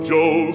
Joe